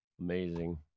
Amazing